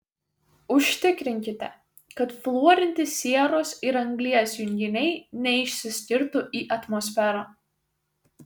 užtikrinkite kad fluorinti sieros ir anglies junginiai neišsiskirtų į atmosferą